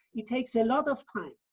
it takes a lot of time,